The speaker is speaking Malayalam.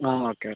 ആ ഓക്കെ ഓക്കെ